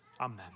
Amen